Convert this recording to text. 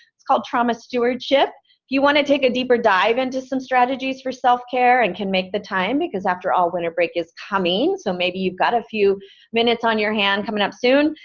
it's called trauma stewardship. if you want to take a deeper dive into some strategies for self-care, and can make the time because after all, winter break is coming, so maybe you've got a few minutes on your hand coming up soon,